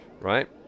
Right